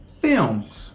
Films